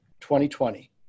2020